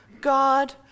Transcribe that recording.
God